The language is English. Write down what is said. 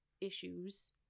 issues